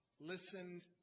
listened